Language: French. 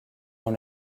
dans